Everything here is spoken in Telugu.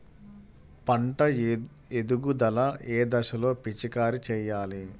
పంట ఎదుగుదల ఏ దశలో పిచికారీ చేయాలి?